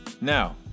now